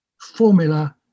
formula